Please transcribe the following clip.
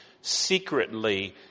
secretly